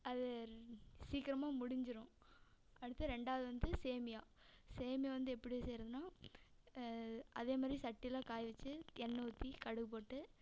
அது சீக்கிரமாக முடிஞ்சுரும் அடுத்து ரெண்டாவது வந்து சேமியா சேமியா வந்து எப்படி செய்கிறதுன்னா அதே மாதிரி சட்டியெலாம் காய வச்சு எண்ணெய் ஊற்றி கடுகு போட்டு